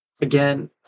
Again